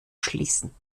schließen